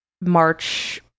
March